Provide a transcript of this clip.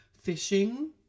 fishing